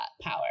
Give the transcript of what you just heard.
power